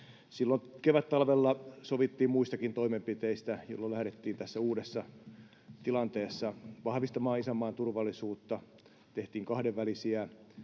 kevättalvella sovittiin muistakin toimenpiteistä, joilla lähdettiin tässä uudessa tilanteessa vahvistamaan isänmaan turvallisuutta: tehtiin kahdenvälisiä